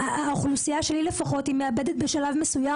האוכלוסייה שלי לפחות מאבדת בשלב מסוים